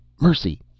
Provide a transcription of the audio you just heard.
Mercy